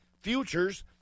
Futures